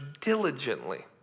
diligently